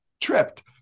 tripped